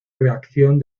reacción